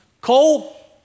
Cole